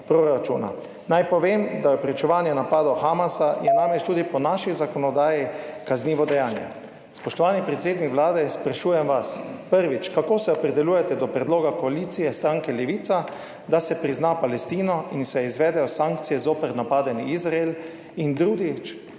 Naj povem, da je opravičevanje napadov Hamasa namreč tudi po naši zakonodaji kaznivo dejanje. Spoštovani predsednik Vlade, sprašujem vas: Kako se opredeljujete do predloga koalicijske stranke Levica, da se prizna Palestino in se izvedejo sankcije zoper napadeni Izrael? Kako